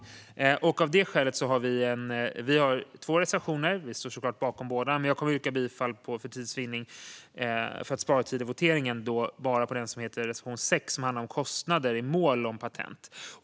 Av det skälet har vi två reservationer. Vi står såklart bakom båda, men jag kommer för att spara tid vid voteringen att yrka bifall endast till reservation 6 om kostnader i mål om patent.